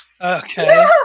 Okay